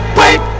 wait